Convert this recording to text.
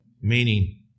Meaning